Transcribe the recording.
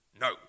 no